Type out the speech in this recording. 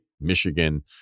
Michigan